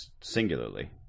singularly